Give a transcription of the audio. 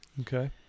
Okay